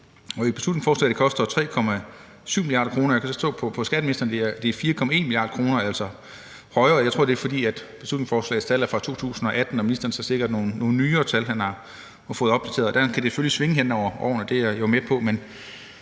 I beslutningsforslaget står, at det koster 3,7 mia. kr., og jeg kan så forstå på skatteministeren, at det er 4,1 mia. kr.; det er altså højere. Jeg tror, det er, fordi beslutningsforslagets tal er fra 2018 og ministeren sikkert har fået nogle nye og opdaterede tal. Det kan selvfølgelig svinge hen over årene; det er jeg med på.